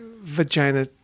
vagina